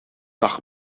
dag